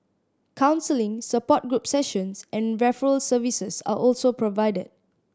counselling support group sessions and referral services are also provided